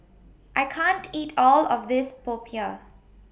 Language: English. I can't eat All of This Popiah